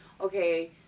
okay